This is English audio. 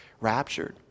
raptured